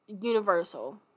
universal